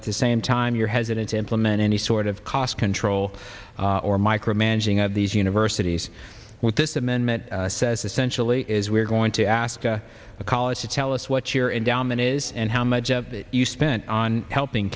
at the same time you're hesitant to implement any sort of cost control or micromanaging of these universities with this amendment says essentially is we're going to ask the college to tell us what your endowment is and how much you spent on helping